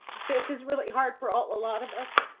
this is really hard for ah a lot of us.